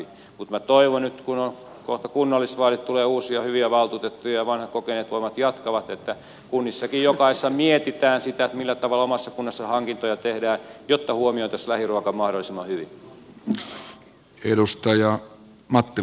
mutta minä toivon nyt kun on kohta kunnallisvaalit tulee uusia hyviä valtuutettuja ja vanhat kokeneet voivat jatkaa että kunnissakin jokaisessa mietitään sitä millä tavalla omassa kunnassa hankintoja tehdään jotta huomioitaisiin lähiruoka mahdollisimman hyvin